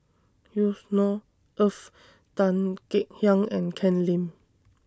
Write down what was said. Yusnor Ef Tan Kek Hiang and Ken Lim